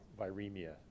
viremia